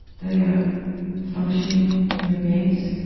they are functioning human beings,